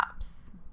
apps